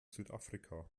südafrika